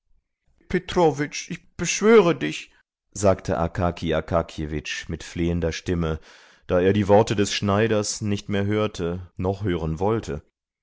ich beschwöre dich sagte akaki akakjewitsch mit flehender stimme da er die worte des schneiders nicht mehr hörte noch hören wollte